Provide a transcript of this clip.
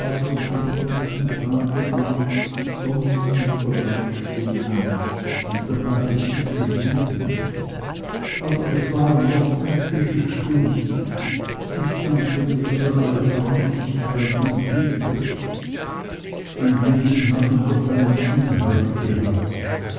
vom ersten tage an sonnenuntergangsstunden und dabei ist es geblieben aber es waren doch glückliche stunden ich danke dir für alle freundlichkeit und liebe mein leben hat doch nun einen inhalt gehabt